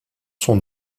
son